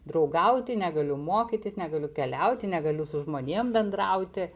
draugauti negaliu mokytis negaliu keliauti negaliu su žmonėm bendrauti